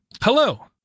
Hello